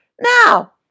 Now